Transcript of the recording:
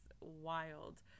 wild